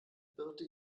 birte